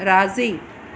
राज़ी